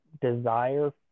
desire